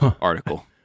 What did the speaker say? article